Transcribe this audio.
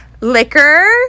liquor